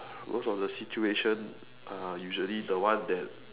most of the situations are usually the ones that